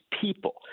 people